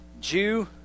Jew